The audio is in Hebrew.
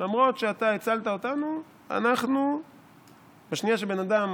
למרות שאתה הצלת אותנו, בשנייה שבן אדם